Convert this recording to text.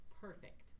Perfect